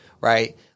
right